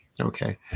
Okay